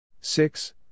Six